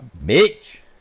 Mitch